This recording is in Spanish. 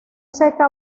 seca